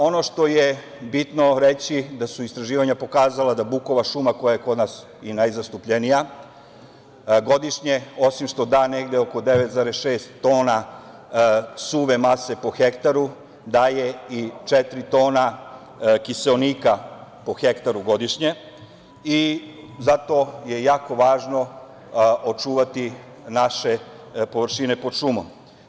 Ono što je bitno reći je da su istraživanja pokazala da bukova šuma, koja je kod nas i najzastupljenija, godišnje osim što da negde oko 9,6 tona suve mase po hektaru, daje i četiri tona kiseonika po hektaru godišnje i zato je jako važno očuvati naše površine pod šumom.